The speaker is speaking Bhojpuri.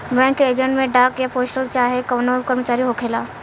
बैंक के एजेंट में डाक या पोस्टल चाहे कवनो कर्मचारी होखेला